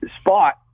spot